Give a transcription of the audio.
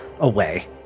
away